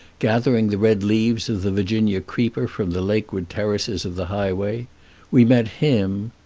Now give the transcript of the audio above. gathering the red leaves of the virginia-creeper from the lakeward terraces of the highway we met him,